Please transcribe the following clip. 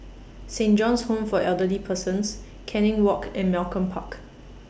Saint John's Home For Elderly Persons Canning Walk and Malcolm Park